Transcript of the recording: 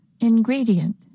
Ingredient